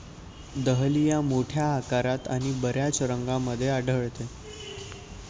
dahlia मोठ्या आकारात आणि बर्याच रंगांमध्ये आढळते